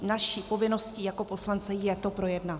Naší povinností jako poslanců je to projednat.